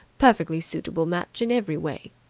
perfectly suitable match in every way.